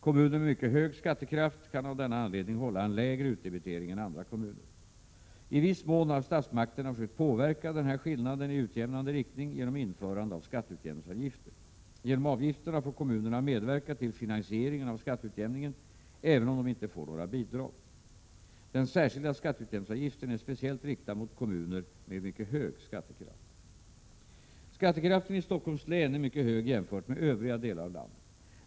Kommuner med mycket hög skattekraft kan av denna anledning hålla en lägre utdebitering än andra kommuner. I viss mån har statsmakterna försökt påverka denna skillnad i utjämnande riktning genom införande av skatteutjämningsavgifter. Genom avgifterna får kommunerna medverka till finansieringen av skatteutjämningen, även om de inte får några bidrag. Den särskilda skatteutjämningsavgiften är speciellt riktad mot de kommuner med mycket hög skattekraft. Skattekraften i Stockholms län är mycket hög jämfört med övriga delar av landet.